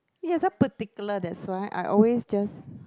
so you're so particular that's why I always just